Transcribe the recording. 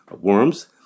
worms